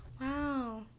Wow